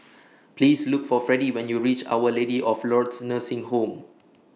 Please Look For Fredie when YOU REACH Our Lady of Lourdes Nursing Home